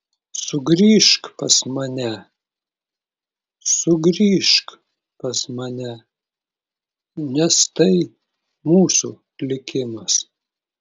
sugrįžk pas mane sugrįžk pas mane nes tai mūsų likimas